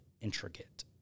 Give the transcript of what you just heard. intricate